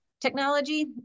technology